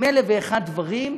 עם אלף-ואחד דברים,